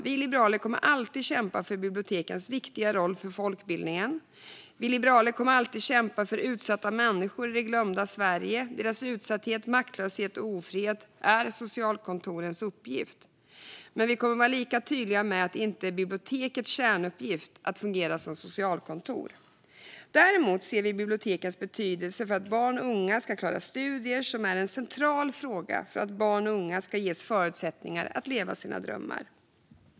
Vi liberaler kommer alltid att kämpa för bibliotekens viktiga roll för folkbildningen. Vi liberaler kommer alltid att kämpa för utsatta människor i det glömda Sverige. Deras utsatthet, maktlöshet och ofrihet är socialkontorens uppgift. Men vi kommer att vara lika tydliga med att det inte är bibliotekens kärnuppgift att fungera som ett socialkontor. Däremot ser vi bibliotekens betydelse för att barn och unga ska klara studier, vilket är en central fråga för att barn och unga ska ges förutsättningar att leva sina drömmar.